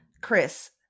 Chris